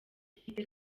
ifite